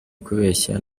kubeshya